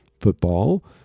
football